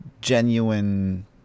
genuine